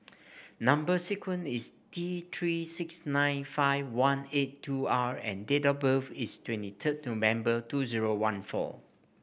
number sequence is T Three six nine five one eight two R and date of birth is twenty third November two zero one four